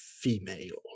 female